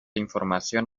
información